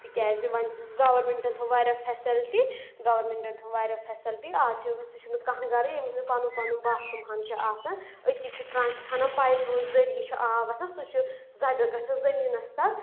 تِکیٛازِ وۄنۍ گورمنٹَن تھوٚو واریاہ فیسَلٹی گورمنٹَن تھوٚو واریاہ فیسَلٹی آز چھِ سُہ چھُنہٕ کانٛہہ گرٕ ییٚمِس نہٕ پَنُن پَنُن باتھروٗم ہَن چھِ آسان أتی چھِ ٹرانچ کھنان پایپہٕ ذٔریعہِ چھُ آب وسان سُہ چھُ زَب گژھان زٔمیٖنَس تَل